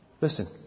Listen